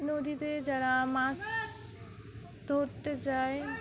নদীতে যারা মাছ ধরতে যায়